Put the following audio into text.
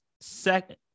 second